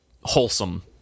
wholesome